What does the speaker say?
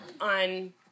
on